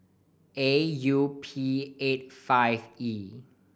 A U P eighty five E